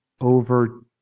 over